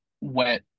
wet